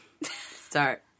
Start